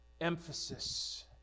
emphasis